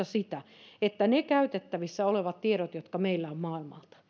sitä että kyllä ne käytettävissä olevat tiedot jotka meillä ovat maailmalta